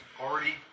already